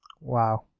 Wow